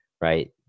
right